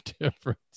difference